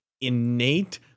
innate